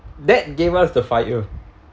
that gave us the fire